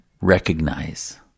recognize